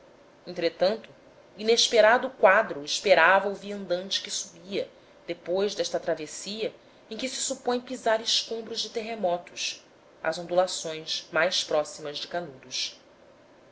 inesperado quadro esperava o viandante que subia depois desta travessia em que supõe pisar escombros de terremotos as ondulações mais próximas de canudos